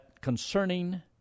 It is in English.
concerning